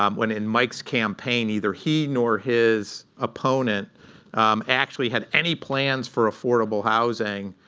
um when in mike's campaign, neither he nor his opponent actually had any plans for affordable housing,